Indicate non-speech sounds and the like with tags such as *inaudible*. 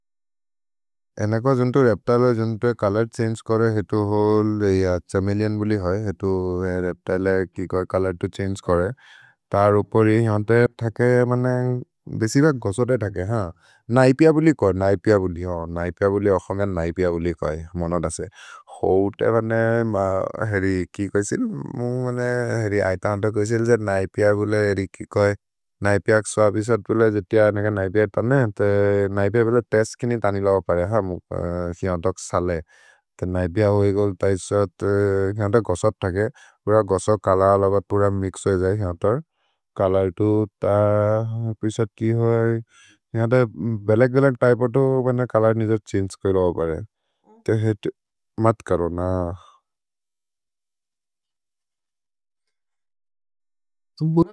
एनक् भजुन्तु रेप्तिले ओ जुन्तु ए चोलोर् छन्गे करे हेतु होल् अछमिल्लिओन् बुलि है। हेतु रेप्तिले ए चोलोर् तु छन्गे करे, तर् उपरि होन्ते थके बिसि भज् घोसोदे थके है, नैपिअ बुलि कोइ, नैपिअ बुलि, नैपिअ बुलि, ओखमेन् नैपिअ बुलि कोइ, मोनद् असे। होउते बने हेरि कि कोइसिल्, *hesitation* हेरि ऐतन्त कोइसिल् नैपिअ बुलेर् हेरि कोइ, नैपिअ अक्सु अबिसत् बुले। जेति अनेक नैपिअ तन्ने, ते नैपिअ बुले तेस्त् किनि थनि लब परे, *hesitation* हिमन्तक् सले, ते नैपिअ होइ गोल् तैसत्, हिमन्त घोसोदे थके। पुर घोसोदे, कलल्, अबत् पुर मिक्स् होइ जै हिमन्तर्, चोलोर् तु थ, अबिसत् कि होइ, हिमन्त बलक् बलक् त्य्पे होतु, बन्न चोलोर् निध छन्गे कोइ *hesitation* लब परे, ते हेतु मत् करो न।